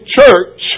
church